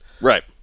right